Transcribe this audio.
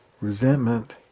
resentment